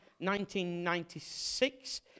1996